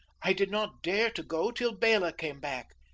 i did not dare to go till bela came back.